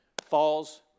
Falls